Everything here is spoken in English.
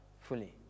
fully